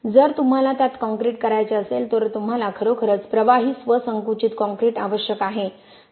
जर तुम्हाला त्यात काँक्रीट करायचे असेल तर तुम्हाला खरोखरच प्रवाही स्व संकुचित काँक्रीट आवश्यक आहे